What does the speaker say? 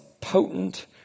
potent